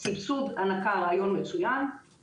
מעבר לעשייה האדירה